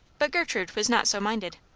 but gertrude was not so minded.